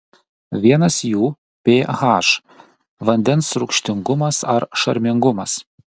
vienas jų ph vandens rūgštingumas ar šarmingumas